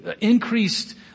increased